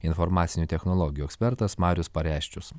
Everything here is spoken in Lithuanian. informacinių technologijų ekspertas marius pareščius